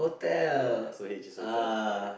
ya so H is hotel ya